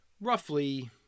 roughly